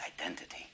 identity